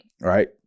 Right